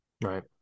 right